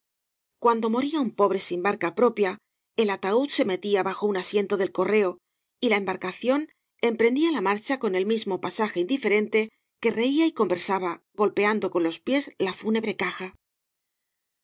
cuando moría un po bre sin barca propia el ataúd se metía bajo un asiento del correo y la embarcación emprendía la marcha con el mismo pasaje indiferente que reía y conversaba golpeando con los pies la fúnebre caja